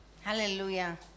Hallelujah